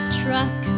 truck